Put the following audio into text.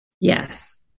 Yes